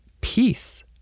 Peace